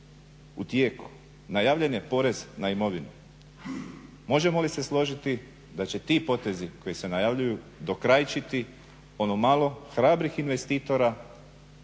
u tijeku, najavljen je porez na imovinu. Možemo li se složiti da će ti potezi koji se najavljuj dokrajčiti ono malo hrabrih investitora